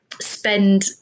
spend